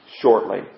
shortly